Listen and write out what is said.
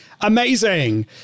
amazing